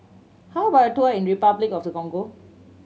how about a tour in Repuclic of the Congo